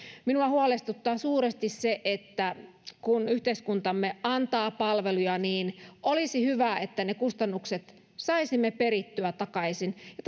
minua huolestuttaa suuresti se että kun yhteiskuntamme antaa palveluja niin olisi hyvä että ne kustannukset saisimme perittyä takaisin ja